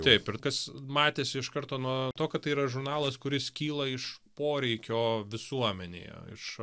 taip ir kas matėsi iš karto nuo to kad tai yra žurnalas kuris kyla iš poreikio visuomenėje iš